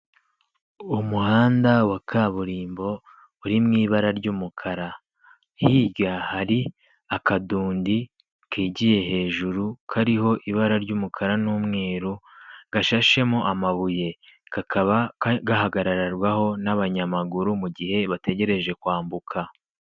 Umuhanda wa kaburimbo uri mu ibara ry'umukara. Hirya hari akadundi kigiye hejuru, kariho ibara ry'umukara n'umweru, gashashemo amabuye. Kakaba gahagarararwaho n'abanyamaguru mu gihe bategereje kwambuka.